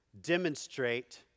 demonstrate